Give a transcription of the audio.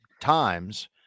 times